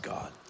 God